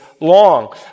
long